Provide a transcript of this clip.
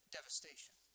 Devastation